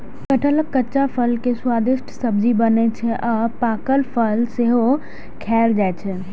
कटहलक कच्चा फल के स्वादिष्ट सब्जी बनै छै आ पाकल फल सेहो खायल जाइ छै